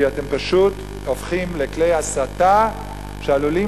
כי אתם פשוט הופכים לכלי הסתה שעלולים